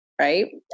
right